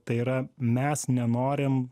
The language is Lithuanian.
tai yra mes nenorim